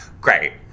great